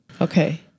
Okay